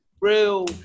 real